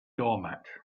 doormat